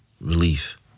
relief